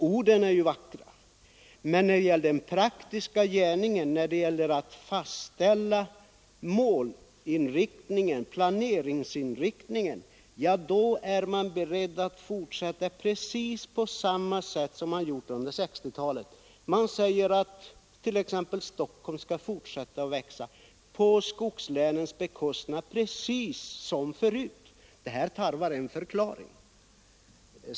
Orden är vackra, men när det gäller den praktiska gärningen, när det gäller att fastställa målinriktningen och planeringsinriktningen är man beredd att fortsätta handla på samma sätt som under 1960-talet. Man säger att t.ex. Stockholm skall fortsätta växa på skogslänens bekostnad, precis som förut. Detta tarvar en förklaring.